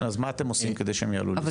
אז מה שאתם עושים כדי שהם יעלו לארץ?